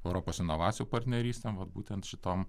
europos inovacijų partnerystėm vat būtent šitom